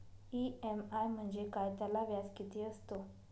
EMI म्हणजे काय? त्याला व्याज किती असतो?